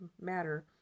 matter